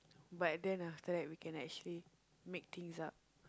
but then after that actually we can make things up